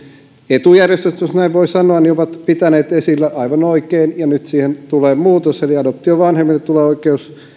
etujärjestöt jos näin voi sanoa ovat aivan oikein pitäneet esillä ja nyt siihen tulee muutos eli adoptiovanhemmille tulee oikeus